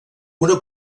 una